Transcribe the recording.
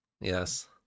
Yes